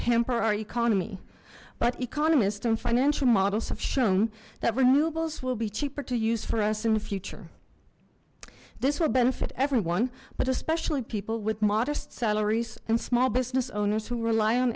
hamper our economy but economists and financial models have shown that renewables will be cheaper to use for us in the future this will benefit everyone but especially people with modest salaries and small business owned to rely on